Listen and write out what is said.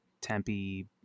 Tempe